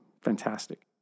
fantastic